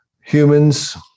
humans